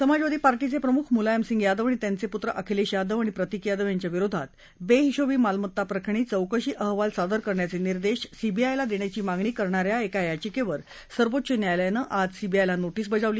समाजवादी पार्टीच प्रिमुख मुलायम सिंग यादव आणि त्यांच पुंत्र अखिलधी यादव आणि प्रतिक यादव यांच्या विरोधात बस्तिशही मालमत्ता प्रकरणी चौकशी अहवाल सादर करण्याच डिदेश सीबीआयला दष्टिची मागणी करण्या या एका याचिक्कर सर्वोच्च न्यायालयानं आज सीबीआयला नोटीस बजावली